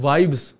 Vibes